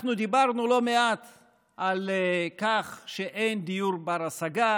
אנחנו דיברנו לא מעט על כך שאין דיור בר-השגה